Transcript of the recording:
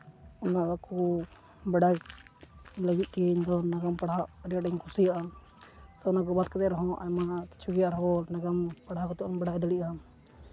ᱚᱱᱟ ᱠᱚ ᱵᱟᱰᱟᱭ ᱞᱟᱹᱜᱤᱫ ᱛᱮᱜᱮ ᱤᱧ ᱦᱚᱸ ᱱᱟᱜᱟᱢ ᱯᱟᱲᱦᱟᱜ ᱟᱹᱰᱤ ᱟᱸᱴᱤᱧ ᱠᱩᱥᱤᱭᱟᱜᱼᱟ ᱚᱱᱟ ᱠᱚ ᱵᱟᱫᱽ ᱠᱟᱛᱮᱫ ᱨᱮᱦᱚᱸ ᱟᱭᱢᱟ ᱠᱤᱪᱷᱩ ᱟᱨᱦᱚᱸ ᱱᱟᱜᱟᱢ ᱯᱟᱲᱦᱟᱣ ᱠᱟᱛᱮᱫ ᱵᱚᱱ ᱵᱟᱲᱟᱭ ᱫᱟᱲᱮᱭᱟᱜᱼᱟ